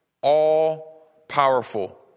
all-powerful